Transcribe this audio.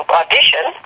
audition